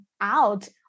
out